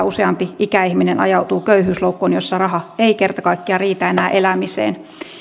useampi ikäihminen ajautuu köyhyysloukkuun jossa raha ei kerta kaikkiaan riitä enää elämiseen